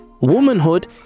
Womanhood